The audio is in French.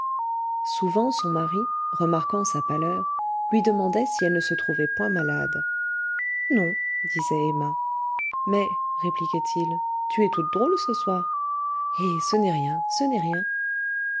souvent son mari remarquant sa pâleur lui demandait si elle ne se trouvait point malade non disait emma mais répliquait il tu es toute drôle ce soir eh ce n'est rien ce n'est rien